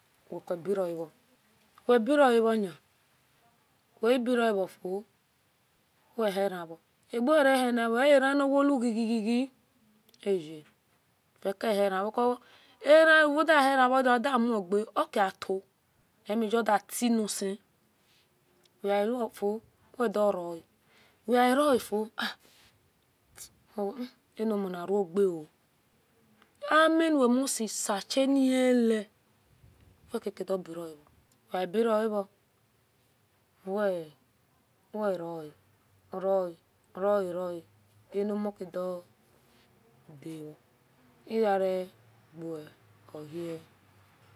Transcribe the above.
Weaniebiroavo webiroavoni webiroavofo weheravo ageuwerahierun earanawougi yi yi eye fikohiravo unahirao onmuge okiato emige datienise weiwo fio wedoroa wearofu au anovo na unego amiuwesesachinie wekakedun birovo webirov weroe roe roe roe anomukidodavo iroaroa e gohiele